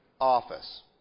office